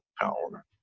power